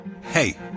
hey